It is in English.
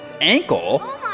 ankle